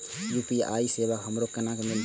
UPI सेवा हमरो केना मिलते?